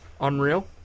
Unreal